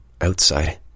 Outside